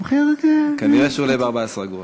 המחיר, נראה שהוא עולה ב-14 אגורות.